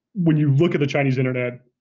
when you look at the chinese internet,